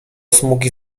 smugi